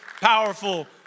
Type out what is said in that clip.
powerful